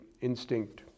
instinct